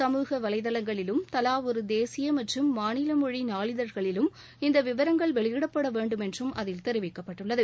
சமூக வலைதளங்களிலும் தலா ஒரு தேசிய மற்றும் மாநில மொழி நாளிதழ்களிலும் இந்த விவரங்கள் வெளியிடப்பட வேண்டும் என்றும் அதில் தெரிவிக்கப்பட்டுள்ளது